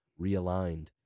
realigned